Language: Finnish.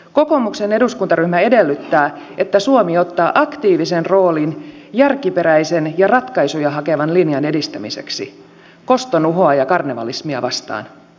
kokoomuksen eduskuntaryhmä edellyttää että suomi ottaa aktiivisen roolin järkiperäisen ja ratkaisuja hakevan linjan edistämiseksi koston uhoa ja karnevalismia vastaan